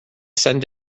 send